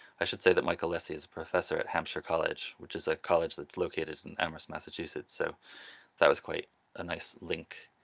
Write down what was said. i should say that michael lesy is a professor at hampshire college which is a college that's located in amherst massachusetts so that was quite a nice link,